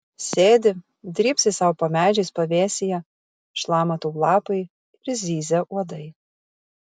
sėdi drybsai sau po medžiais pavėsyje šlama tau lapai ir zyzia uodai